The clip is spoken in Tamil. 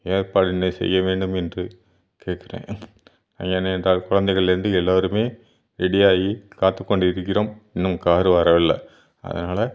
ஏற்பாட்டினை செய்ய வேண்டும் என்று கேட்குறேன் ஏனென்றால் குழந்தைகள்லேருந்து எல்லோருமே ரெடி ஆகி காத்துக்கொண்டு இருக்கிறோம் இன்னும் கார் வரவில்ல அதனால